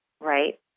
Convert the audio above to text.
right